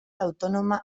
autónoma